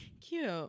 Cute